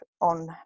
on